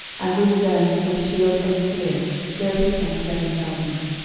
and with them with shield and spear thirty and seven thousand.